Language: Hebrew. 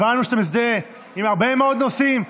הבנו שאתה מזדהה עם הרבה מאוד נושאים,